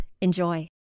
Enjoy